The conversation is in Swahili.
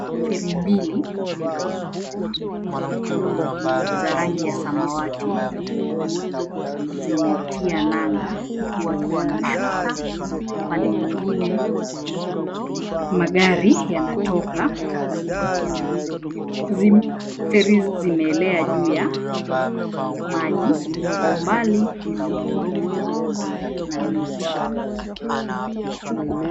Feri mbili za rangi ya samawati zimetia nanga huku watu wanashuka pande nyingine magari yanatoka. Feri zimeelea juu ya maji kwa umbali kuna maghorofa na miti.